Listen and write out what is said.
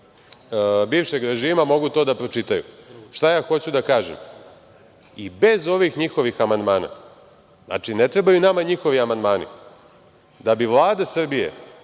bivšeg režima mogu to da pročitaju. Šta hoću da kažem? I bez ovih njihovih amandmana, znači ne trebaju nama njihovi amandmani da bi Vlada Srbije